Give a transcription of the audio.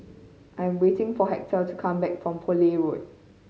I'm waiting for Hector to come back from Poole Road